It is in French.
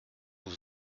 vous